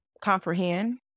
comprehend